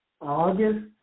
August